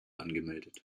angemeldet